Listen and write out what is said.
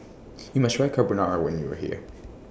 YOU must Try Carbonara when YOU Are here